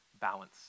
balance